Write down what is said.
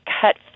cut